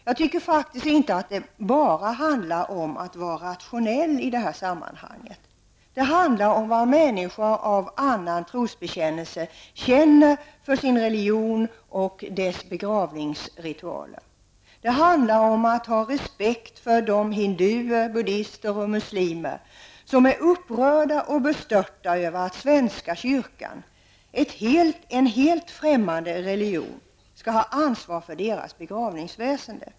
Jag tycker inte att det bara handlar om att vara rationell i det här sammanhanget. Det handlar om vad människor av annan trosbekännelse känner för sin religion och dess begravningsritualer. Det handlar om att ha respekt för de hinduer, buddister och muslimer som är upprörda och bestörta över att svenska kyrkan, som företräder en helt främmande religion, skall ha ansvar för deras begravningsväsende.